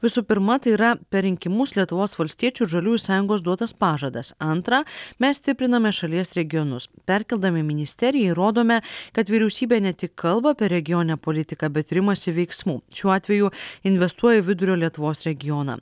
visų pirma tai yra per rinkimus lietuvos valstiečių ir žaliųjų sąjungos duotas pažadas antra mes stipriname šalies regionus perkeldami ministeriją įrodome kad vyriausybė ne tik kalba apie regioninę politiką bet ir imasi veiksmų šiuo atveju investuoja į vidurio lietuvos regioną